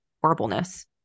horribleness